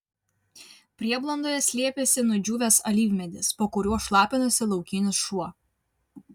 prieblandoje slėpėsi nudžiūvęs alyvmedis po kuriuo šlapinosi laukinis šuo